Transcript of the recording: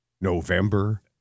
November